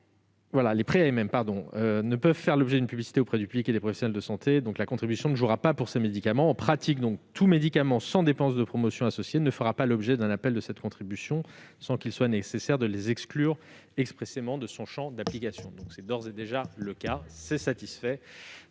l'AMM, les médicaments ne peuvent faire l'objet d'une publicité auprès du public et des professionnels de santé. La contribution ne pèsera donc pas pour ces médicaments : tout médicament sans dépenses de promotion associées ne fera pas l'objet d'un appel de cette contribution, sans qu'il soit nécessaire de les exclure expressément de son champ d'application. Ensuite, votre amendement tend